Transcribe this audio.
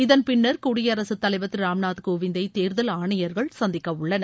இதன் பின்னர் குடியரசுத்தலைவர் திரு ராம்நாத் கோவிந்தை தேர்தல் ஆணையர்கள் சந்திக்கவுள்ளனர்